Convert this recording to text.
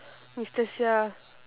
mister seah